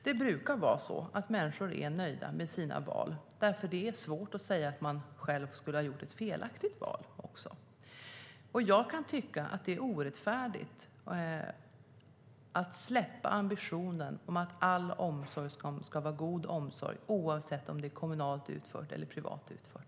Det brukar vara så att människor är nöjda med sina val, för det är svårt att säga att man skulle ha gjort ett felaktigt val. Jag kan tycka att det är orättfärdigt att släppa ambitionen att all omsorg ska vara god omsorg - oavsett om den är kommunalt eller privat utfört.